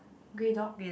grey dog